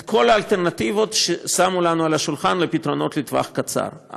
את כל האלטרנטיבות ששמו לנו על השולחן לפתרונות לטווח קצר.